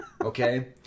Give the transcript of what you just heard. Okay